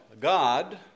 God